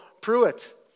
Pruitt